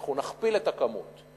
אנחנו נכפיל את הכמות.